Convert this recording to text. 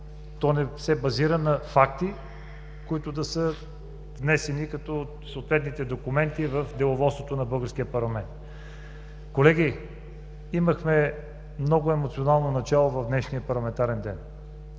То не се базира на факти, които да са внесени като съответните документи в Деловодството на българския парламент. Колеги, имахме много емоционално начало в днешния парламентарен ден.